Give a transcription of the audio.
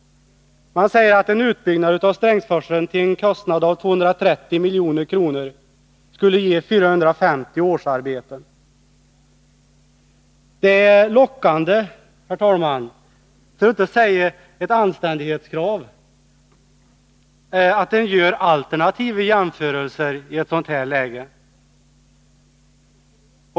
Man säger att en utbyggnad av Strängsforsen till en kostnad av 230 milj.kr. skulle ge 450 årsarbeten. Det är lockande, för att inte säga ett anständighetskrav, att man gör alternativa jämförelser i ett sådant här läge.